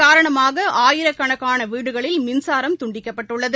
காரணமாகஆயிரக்கணக்கானவீடுகளில் இதன் மின்சாரம் துண்டிக்கப்பட்டுள்ளது